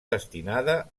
destinada